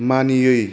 मानियै